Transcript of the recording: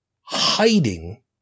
hiding